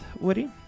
Woody